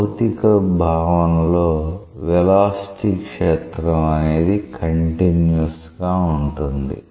భౌతిక భావంలో వెలాసిటీ క్షేత్రం అనేది కంటిన్యుయస్ గా ఉంటుంది